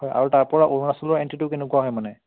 হয় আৰু তাৰ পৰা অৰুণাচলৰ এন্ট্ৰিটো কেনেকুৱা হয় মানে